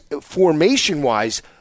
formation-wise